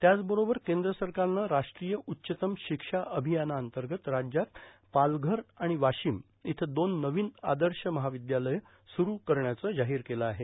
त्याच बरोबर केंद्र सरकारनं राष्ट्रीय उच्चतम शिक्षा अभियानाअंतर्गत राज्यात पालघर आणि वाशिम इथं दोन नवीन आदर्श महाविद्यालय सुरू करण्याचं जाहीर केलं आहे